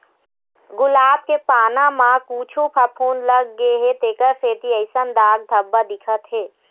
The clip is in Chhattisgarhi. गुलाब के पाना म कुछु फफुंद लग गे हे तेखर सेती अइसन दाग धब्बा दिखत हे